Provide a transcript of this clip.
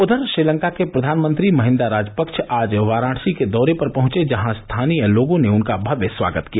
उधर श्रीलंका के प्रधानमंत्री महिन्दा राजपक्ष आज वाराणसी के दौरे पर पहंचे जहां स्थानीय लोगों ने उनका भव्य स्वागत किया